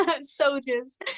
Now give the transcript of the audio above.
soldiers